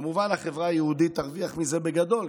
כמובן החברה היהודית תרוויח מזה בגדול,